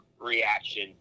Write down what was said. reaction